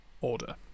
order